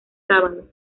sábado